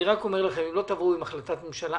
אני רק אומר לכם: אם לא תבואו עם החלטת ממשלה,